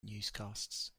newscasts